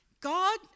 God